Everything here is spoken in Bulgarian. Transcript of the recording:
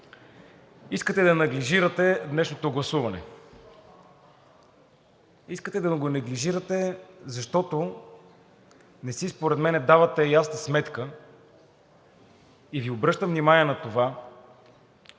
искате да неглижирате днешното гласуване! Искате да го неглижирате, защото не си давате според мен ясна сметка, и Ви обръщам внимание на това,